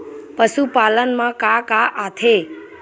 पशुपालन मा का का आथे?